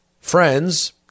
friends